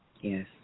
Yes